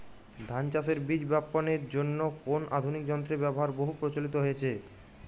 ধান চাষের বীজ বাপনের জন্য কোন আধুনিক যন্ত্রের ব্যাবহার বহু প্রচলিত হয়েছে?